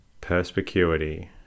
perspicuity